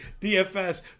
dfs